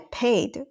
paid